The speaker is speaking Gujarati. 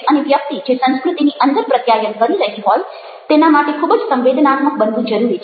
અને વ્યક્તિ જે સંસ્કૃતિની અંદર પ્રત્યાયન કરી રહી હોય તેના માટે ખૂબ જ સંવેદનાત્મક બનવું જરૂરી છે